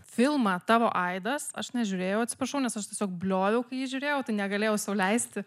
filmą tavo aidas aš nežiūrėjau atsiprašau nes aš tiesiog blioviau kai jį žiūrėjau tai negalėjau sau leisti